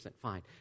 Fine